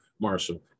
Marshall